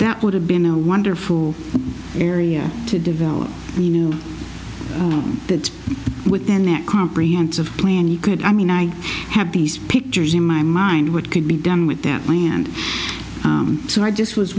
that would have been a wonderful area to develop on that within that comprehensive plan you could i mean i have these pictures in my mind what could be done with that land so i just was